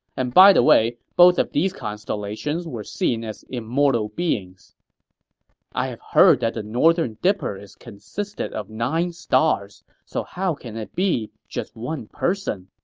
and by the way, both of these constellations were seen as immortal beings i have heard that the northern dipper is consisted of nine stars, so how can it be just one person?